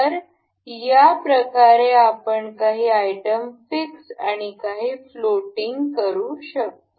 तर या प्रकारे आपण काही आयटम फिक्सआणि काही फ्लोटिंग करू शकतो